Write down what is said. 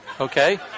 Okay